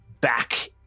back